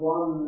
One